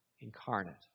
incarnate